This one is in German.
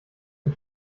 für